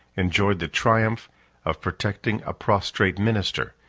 enjoyed the triumph of protecting a prostrate minister,